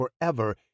forever